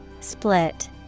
Split